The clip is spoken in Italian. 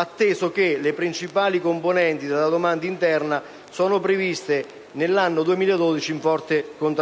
atteso che le principali componenti della domanda interna sono previste in forte contrazione rispetto al